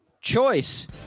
Choice